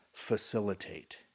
facilitate